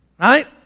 right